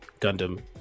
Gundam